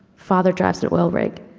father drives an oil rig.